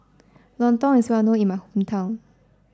Lontong is well known in my hometown